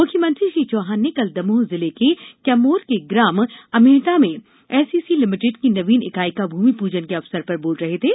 मुख्यमंत्री श्री चौहान ने कल दमोह जिले के कैमोर के ग्राम अमेहटा में एसीसी लिमिटेड की नवीन इकाई का भूमि पूजन के अवसर पर बोल रहे थे